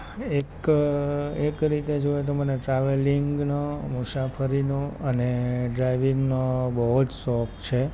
એક એક રીતે જોઈએ તો મને ટ્રાવેલિંગનો મુસાફરીનો અને ડ્રાઇવિંગનો બહુ જ શોખ છે